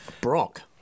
Brock